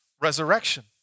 resurrection